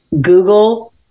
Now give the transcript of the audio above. Google